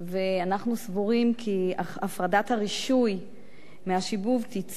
ואנחנו סבורים כי הפרדת הרישוי מהשיבוב תיצור